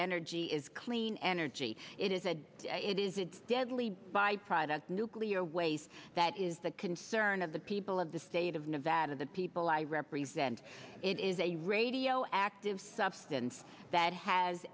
energy is clean energy it is a it is a deadly byproduct nuclear waste that is the concern of the people of the state of nevada of the people i represent it is a radioactive substance that has